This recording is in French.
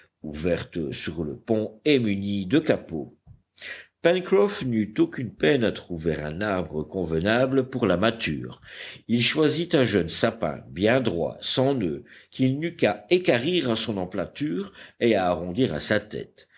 ouvertes sur le pont et munies de capots pencroff n'eut aucune peine à trouver un arbre convenable pour la mâture il choisit un jeune sapin bien droit sans noeuds qu'il n'eut qu'à équarrir à son emplanture et à arrondir à sa tête